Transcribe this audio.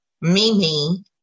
Mimi